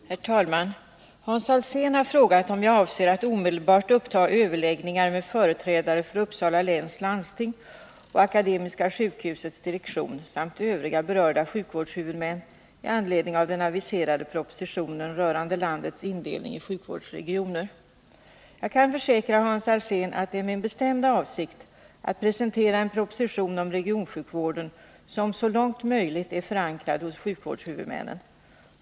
Herr talman! Hans Alsén har frågat om jag avser att omedeivart uppta överläggningar med företrädare för Uppsala läns landsting och Akademiska sjukhusets direktion samt övriga berörda sjukvårdshuvudmän med anledning av den aviserade propositionen rörande landets indelning i sjukvårdsregioner. Jag kan försäkra Hans Alsén att det är min bestämda avsikt att presentera en proposition om regionsjukvården, som så långt möjligt är förankrad hos sjukvårdshuvudmännen.